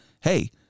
hey